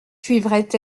suivraient